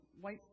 white